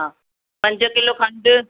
हा पंज किलो खंडु